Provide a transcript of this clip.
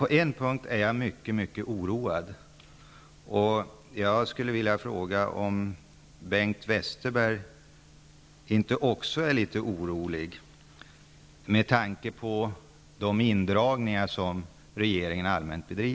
På en punkt är jag däremot mycket oroad, och jag skulle vilja fråga om inte Bengt Westerberg också är litet orolig, med tanke på de indragningar som regeringen allmänt gör.